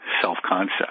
self-concept